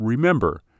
Remember